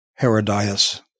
Herodias